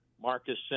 Marcus